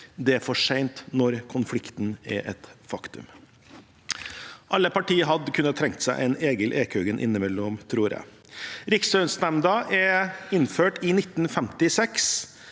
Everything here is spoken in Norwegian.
Det er for sent når konflikten er et faktum. Alle partier kunne trenge en egen Egil Ekhaugen innimellom, tror jeg. Rikslønnsnemnda ble innført i 1956.